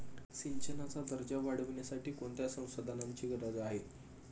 सिंचनाचा दर्जा वाढविण्यासाठी कोणत्या संसाधनांची गरज आहे?